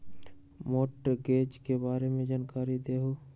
Mortgage के बारे में जानकारी देहु?